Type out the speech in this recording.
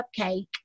cupcake